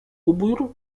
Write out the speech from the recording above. ubiór